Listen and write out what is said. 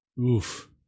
Oof